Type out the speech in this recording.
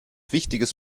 wichtiges